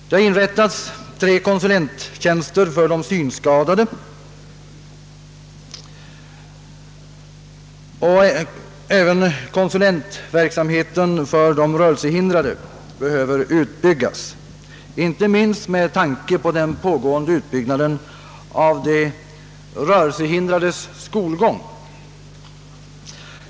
Det har inrättats tre konsulenttjänster för de synskadade, och även konsulentverksamheten för de rörelsehindrade behöver förstärkas inte minst med tanke på den pågående utbyggnaden av de rörelsehindrades skolgång.